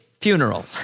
funeral